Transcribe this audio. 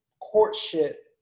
courtship